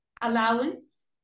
allowance